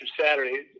Saturday